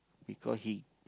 because he